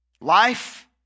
Life